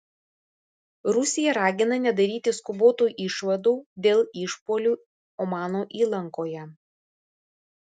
rusija ragina nedaryti skubotų išvadų dėl išpuolių omano įlankoje